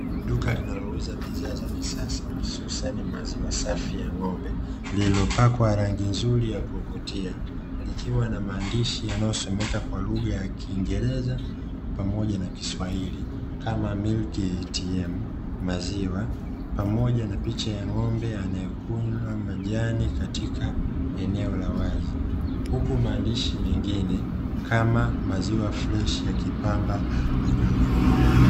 Duka linalouza bidhaa za kisasa hususani maziwa safi ya ng'ombe, lililopakwa rangi nzuri ya kuvutia; likiwa na maandishi yanayosomeka kwa lugha ya kiingereza pamoja na kiswahili kama "MILK ATM MAZIWA", pamoja na picha ya ng'ombe anayekula majani katika eneo la wazi, huku maandishi mengine kama "MAZIWA FRESHI" yakipamba duka hilo.